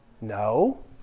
No